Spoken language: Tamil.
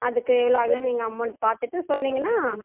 அதுக்கு எவ்வளோ ஆகும் நீங்கள் அமௌண்ட் பார்த்துட்டு சொன்னிங்கன்னா